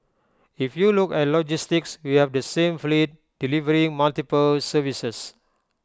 if you look at logistics we have the same fleet delivering multiple services